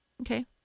Okay